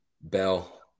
Bell